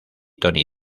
tony